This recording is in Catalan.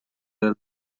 del